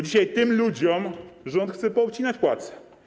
Dzisiaj tym ludziom rząd chce poobcinać płace.